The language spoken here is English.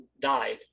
died